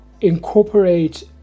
incorporate